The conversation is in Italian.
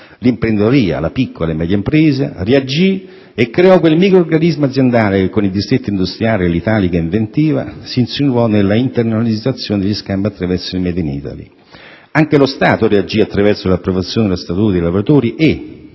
L'imprenditoria, la piccola e media impresa, reagì e creò quel microrganismo aziendale che con i distretti industriali e l'italica inventiva si insinuò nella internazionalizzazione degli scambi attraverso il *made in Italy*. Anche lo Stato reagì attraverso l'approvazione dello Statuto dei lavoratori e,